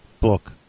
book